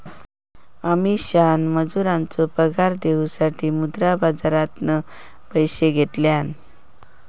अमीषान मजुरांचो पगार देऊसाठी मुद्रा बाजारातना पैशे घेतल्यान